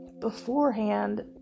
beforehand